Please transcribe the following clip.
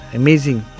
amazing